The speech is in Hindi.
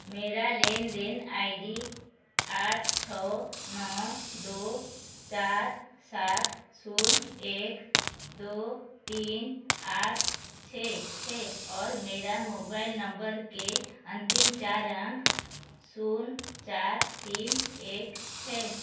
मेरा लेन देन आई डी आठ छः नौ दो चार सात शून्य एक दो तीन आठ छः है और मेरा मोबाइल नंबर के अंतिम चार अंक शून्य चार तीन एक है